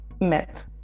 met